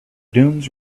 dunes